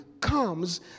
comes